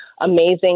amazing